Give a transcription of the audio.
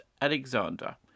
Alexander